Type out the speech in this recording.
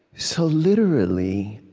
so literally,